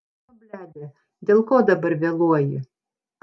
nu bledė dėl ko dabar vėluoji